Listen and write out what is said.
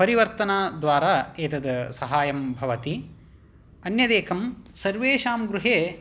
परिवर्तनद्वारा एतद् सहायं भवति अन्यदेकं सर्वेषां गृहे